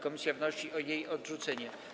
Komisja wnosi o jej odrzucenie.